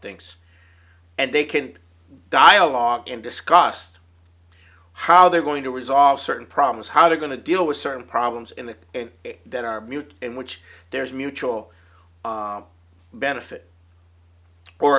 thinks and they can dialogue and discussed how they're going to resolve certain problems how they're going to deal with certain problems in the that are mute in which there's a mutual benefit or